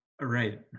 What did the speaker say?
right